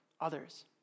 others